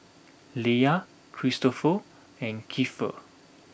Leia Kristoffer and Keifer